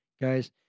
guys